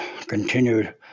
continued